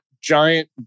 giant